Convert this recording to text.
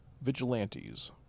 vigilantes